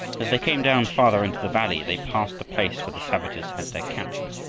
as they came down farther into the valley, they passed the place where the savages had their camp.